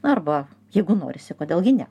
arba jeigu norisi kodėl gi ne